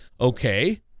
okay